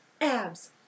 Abs